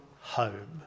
home